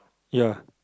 ya